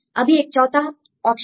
अभी यह चौथा ऑप्शन